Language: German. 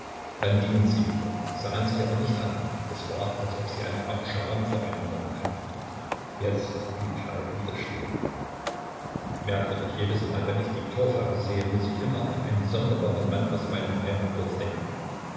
dann gingen sie wieder sahen sich aber nicht an es war als ob sie eine art scham vor einander empfänden jetzt blieb falk wieder stehen merkwürdig jedesmal wenn ich die torfhaufen sehe muß ich immer an einen sonderbaren mann aus meinem heimatsdorf denken